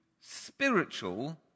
spiritual